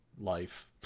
life